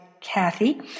Kathy